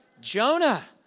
Jonah